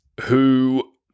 Who-